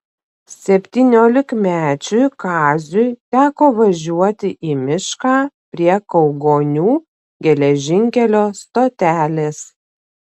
septyniolikmečiui kaziui teko važiuoti į mišką prie kaugonių geležinkelio stotelės